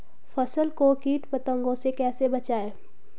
फसल को कीट पतंगों से कैसे बचाएं?